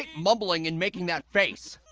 ah mumbling, and making that face?